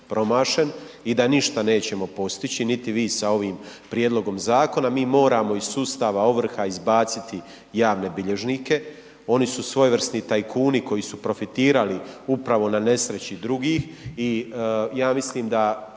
i da ništa nećemo postići niti vi sa ovim prijedlogom zakona. Mi moramo iz sustava ovrha izbaciti javne bilježnike oni su svojevrsni tajkuni koji su profitirali upravo na nesreći drugih